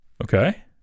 okay